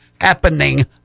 happening